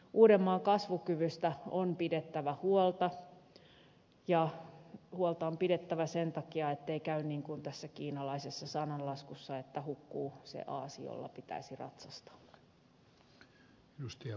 uudenmaan kasvukyvystä on pidettävä huolta ja huolta on pidettävä sen takia ettei käy niin kuin tässä kiinalaisessa sananlaskussa että hukkuu se aasi jolla pitäisi ratsastaa